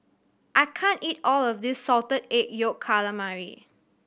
I can't eat all of this Salted Egg Yolk Calamari